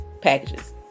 packages